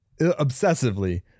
Obsessively